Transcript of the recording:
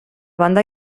banda